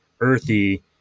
earthy